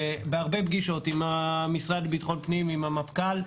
שבהרבה פגישות עם המשרד לביטחון הפנים ועם המפכ"ל,